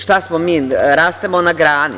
Šta smo mi, rastemo na grani?